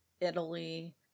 Italy